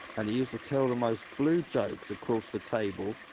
and he used to tell the most blue jokes across the table,